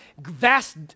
vast